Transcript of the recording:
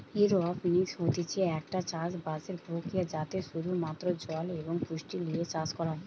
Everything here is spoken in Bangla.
এরওপনিক্স হতিছে একটা চাষসের প্রক্রিয়া যাতে শুধু মাত্র জল এবং পুষ্টি লিয়ে চাষ করা হয়